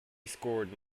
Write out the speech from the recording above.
scored